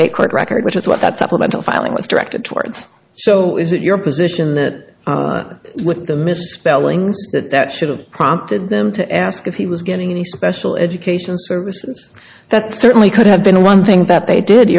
state court record which is what that supplemental filing was directed towards so is it your position that the misspellings that that should have prompted them to ask if he was getting any special education services that certainly could have been one thing that they did